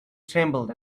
trembled